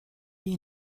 you